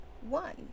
one